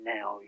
Now